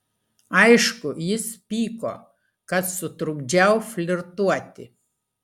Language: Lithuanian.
aišku jis pyko kad sutrukdžiau flirtuoti